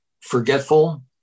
forgetful